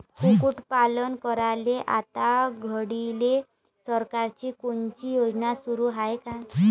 कुक्कुटपालन करायले आता घडीले सरकारची कोनची योजना सुरू हाये का?